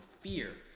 fear